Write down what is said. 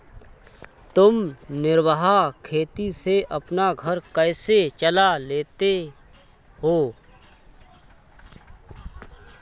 तुम निर्वाह खेती से अपना घर कैसे चला लेते हो?